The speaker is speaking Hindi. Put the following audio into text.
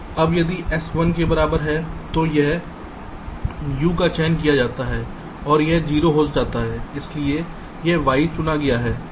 अब यदि s 1 के बराबर है तो u का चयन किया जाता है और यह 0 हो जाता है इसलिए यह y चुना गया है